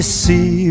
see